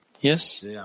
Yes